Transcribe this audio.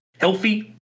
healthy